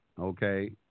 Okay